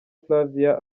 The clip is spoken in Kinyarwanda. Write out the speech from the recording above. flavia